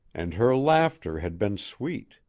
and her laughter had been sweet.